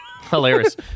hilarious